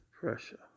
pressure